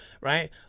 right